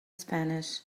spanish